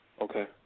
Okay